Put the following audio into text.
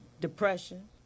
depression